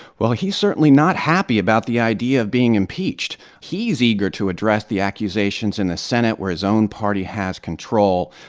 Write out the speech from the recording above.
well, he's certainly not happy about the idea of being impeached. he is eager to address the accusations in the senate, where his own party has control.